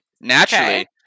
Naturally